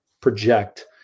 project